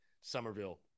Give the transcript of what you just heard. Somerville